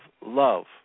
love